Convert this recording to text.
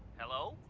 hello?